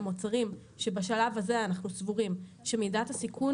מוצרים שבשלב הזה אנחנו סבורים שמידת הסיכון